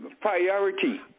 priority